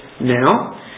now